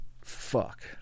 fuck